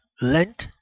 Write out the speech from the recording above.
Lent